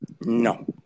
No